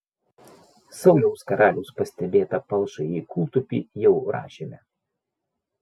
sauliaus karaliaus pastebėtą palšąjį kūltupį jau rašėme